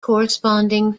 corresponding